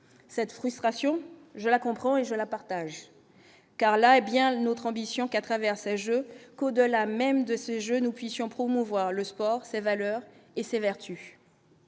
cette frustration, je la comprends et je la partage, car là est bien notre ambition qu'à travers ce jeu qu'au delà même de ce jeu, nous puissions promouvoir le sport, ses valeurs et ses vertus